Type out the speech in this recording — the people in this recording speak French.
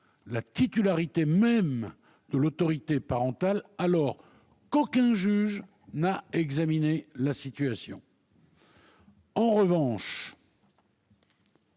-la titularité même de l'autorité parentale alors qu'aucun juge n'a examiné la situation. Je